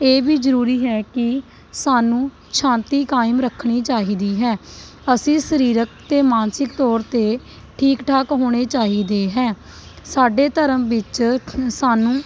ਇਹ ਵੀ ਜ਼ਰੂਰੀ ਹੈ ਕਿ ਸਾਨੂੰ ਸ਼ਾਂਤੀ ਕਾਇਮ ਰੱਖਣੀ ਚਾਹੀਦੀ ਹੈ ਅਸੀਂ ਸਰੀਰਕ ਅਤੇ ਮਾਨਸਿਕ ਤੌਰ 'ਤੇ ਠੀਕ ਠਾਕ ਹੋਣੇ ਚਾਹੀਦੇ ਹੈ ਸਾਡੇ ਧਰਮ ਵਿੱਚ ਸਾਨੂੰ